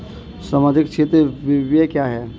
सामाजिक क्षेत्र व्यय क्या है?